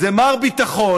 זה מר ביטחון